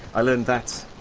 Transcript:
i learned that,